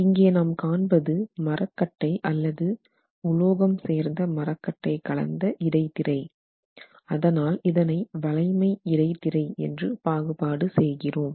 இங்கே நாம் காண்பது மரக்கட்டை அல்லது உலோகம் சேர்ந்த மரக்கட்டை கலந்த இடைத்திரை அதனால் இதனை வளைமை இடைத்திரை என்று பாகுபாடு செய்கிறோம்